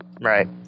Right